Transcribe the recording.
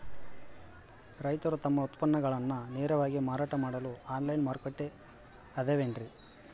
ರೈತರು ತಮ್ಮ ಉತ್ಪನ್ನಗಳನ್ನ ನೇರವಾಗಿ ಮಾರಾಟ ಮಾಡಲು ಆನ್ಲೈನ್ ಮಾರುಕಟ್ಟೆ ಅದವೇನ್ರಿ?